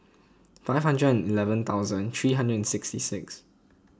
five hundred eleven thousand three hundred sixty six